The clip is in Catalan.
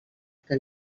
que